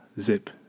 Zip